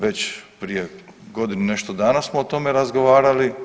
Već prije godinu i nešto dana smo o tome razgovarali.